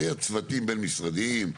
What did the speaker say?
היו צוותים בין משרדיים.